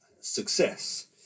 success